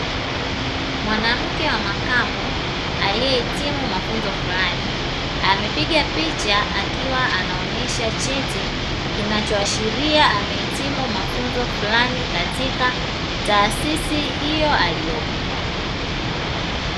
Mwanamke wa makamo, aliye hitimu mafunzo fulani, amepiga picha akiwa anaonesha cheti kinacho ashiria amehitimu mafunzo fulani, katika taasisi hiyo aliyopo.